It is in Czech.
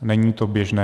Není to běžné.